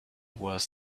was